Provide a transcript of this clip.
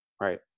right